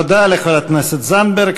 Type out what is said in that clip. תודה לחברת הכנסת זנדברג.